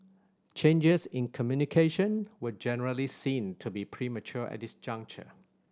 changes in communication were generally seen to be premature at this juncture